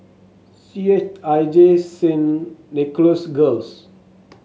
C H I J Saint Nicholas Girls